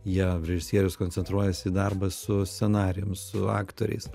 jie režisierius koncentruojasi į darbą su scenarijum su aktoriais